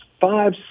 five